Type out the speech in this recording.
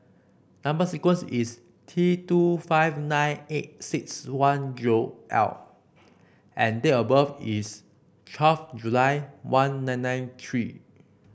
number sequence is T two five nine eight six one zero L and date of birth is twelfth July one nine nine three